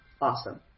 awesome